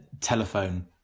telephone